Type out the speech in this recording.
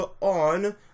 on